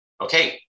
Okay